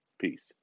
Peace